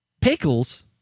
Pickles